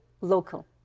local